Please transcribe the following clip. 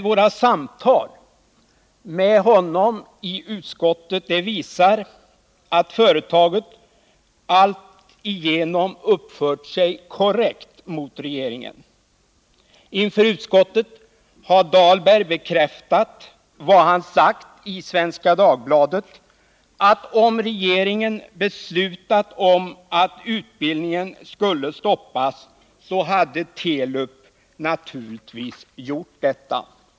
Våra samtal med Benkt Dahlberg i utskottet visar att företaget alltigenom har uppfört sig korrekt mot regeringen. Inför utskottet har Benkt Dahlberg bekräftat vad han sagt i Svenska Dagbladet, nämligen att om regeringen hade beslutat att utbildningen skulle stoppas, så skulle Telub naturligtvis ha gjort detta.